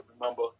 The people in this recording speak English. remember